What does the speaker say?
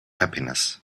happiness